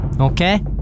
Okay